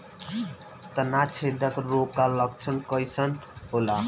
तना छेदक रोग का लक्षण कइसन होला?